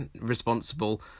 responsible